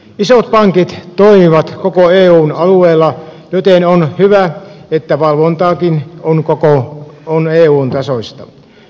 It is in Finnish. isot pankit toimivat koko eun alueella joten on hyvä että valvontakin on eun tasoista